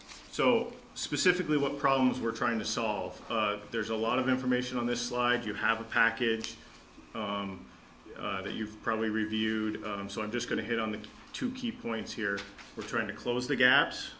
so specifically what problems we're trying to solve there's a lot of information on this slide you have a package that you've probably reviewed so i'm just going to hit on the two key points here we're trying to close the gap